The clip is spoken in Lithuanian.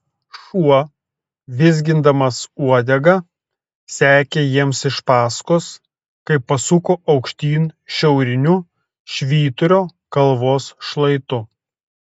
šuo vizgindamas uodega sekė jiems iš paskos kai pasuko aukštyn šiauriniu švyturio kalvos šlaitu